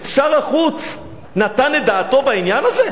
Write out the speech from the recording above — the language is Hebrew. שר החוץ נתן את דעתו בעניין הזה?